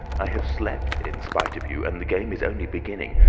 i have slept in spite of you, and the game is only beginning.